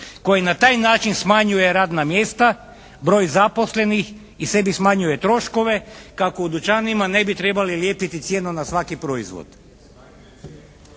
koji na taj način smanjuje radna mjesta, broj zaposlenih i sebi smanjuje troškove kako u dućanima ne bi trebali lijepiti cijenu na svaki proizvod.